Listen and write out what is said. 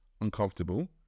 uncomfortable